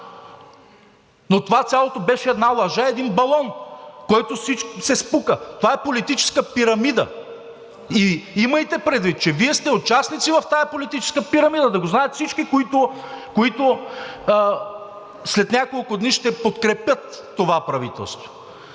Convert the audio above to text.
Но цялото това беше една лъжа, един балон, който се спука. Това е политическа пирамида. Имайте предвид, че Вие сте участници в тази политическа пирамида – да го знаят всички, които след няколко дни ще подкрепят това правителство.